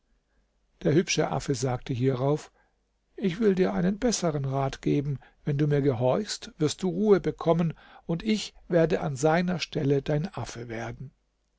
der hübsche affe sagte hierauf ich will dir einen bessern rat geben wenn du mir gehorchst wirst du ruhe bekommen und ich werde an seiner stelle dein affe werden